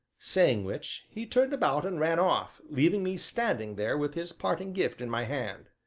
saying which, he turned about and ran off, leaving me standing there with his parting gift in my hand.